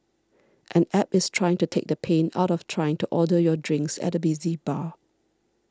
an App is trying to take the pain out of trying to order your drinks at a busy bar